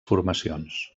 formacions